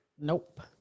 nope